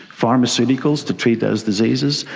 pharmaceuticals to treat those diseases,